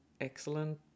excellent